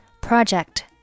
project